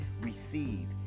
receive